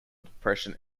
depression